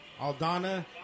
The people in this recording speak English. Aldana